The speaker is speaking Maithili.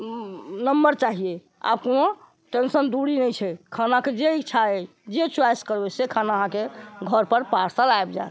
नम्बर चाहिये आ ओ टेन्शन दूर होइ छै खानाके जे इच्छा अछि जे च्वाइस करबे से खाना अहाँके घर पर पार्सल आबि जयत